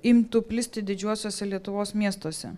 imtų plisti didžiuosiuose lietuvos miestuose